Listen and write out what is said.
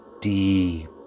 deep